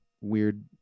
weird